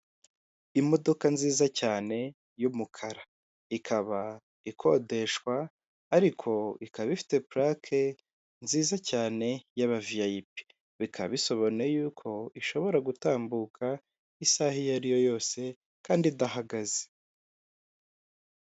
Imodoka nziza cyane y'umukara, ikaba ikodeshwa ariko ikaba ifite purake nziza cyane y'abaviyayipi. Bikaba bisobanuye yuko ishobora gutambuka isaha iyo ari yo yose kandi idahagaze.